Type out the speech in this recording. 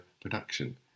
production